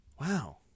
Wow